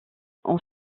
ont